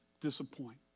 disappoint